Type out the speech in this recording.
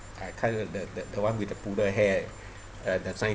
I can't the the one with the poodle hair uh the scientist